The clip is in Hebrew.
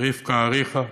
רבקה אריכא,